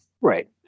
Right